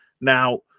Now